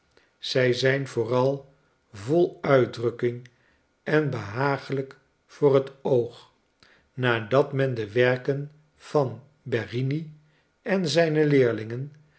zij zijn vooral vol uitdrukking en behaaglijk voor het oog nadat men de werken van berrini en zyne leerlingen